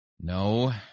No